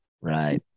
Right